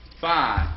Five